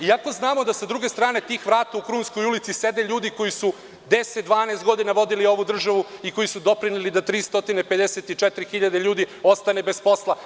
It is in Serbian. Iako znamo da sa druge strane tih vrata u Krunskoj ulici sede ljudi koji su 10, 12. godina vodili ovu državu i koji su doprineli da 354 hiljade ljudi ostane bez posla.